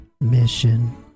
mission